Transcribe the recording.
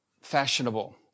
fashionable